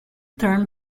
term